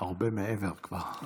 הרבה מעבר כבר.